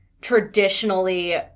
traditionally